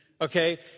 okay